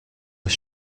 was